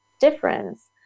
difference